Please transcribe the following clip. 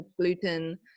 gluten